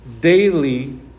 daily